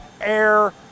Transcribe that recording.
air